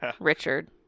Richard